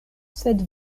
sed